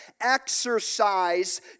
exercise